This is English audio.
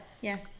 yes